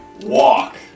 walk